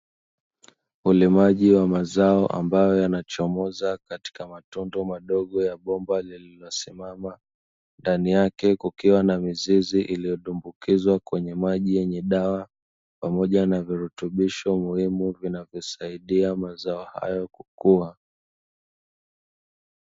Ulimaji wa mazao ambayo yanachomoza katika matundu madogo ya bomba lililosimama, ndani yake kukiwa na mizizi iliyodumbukizwa kwenye maji yenye dawa, pamoja na virutubisho muhimu vinavyosaidia mazao hayo kukua.